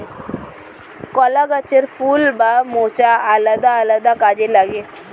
কলা গাছের ফুল বা মোচা আলাদা আলাদা কাজে লাগে